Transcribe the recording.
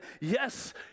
yes